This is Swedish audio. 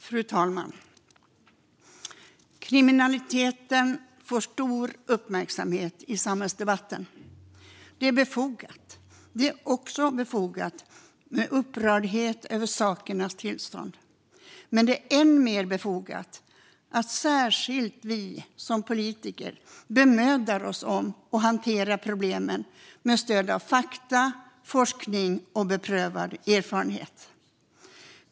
Fru talman! Kriminaliteten får stor uppmärksamhet i samhällsdebatten. Det är befogat. Det är också befogat med upprördhet över sakernas tillstånd. Men det är än mer befogat att vi som politiker bemödar oss om att hantera problemen med stöd av fakta, forskning och beprövad erfarenhet.